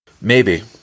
Maybe